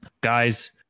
guys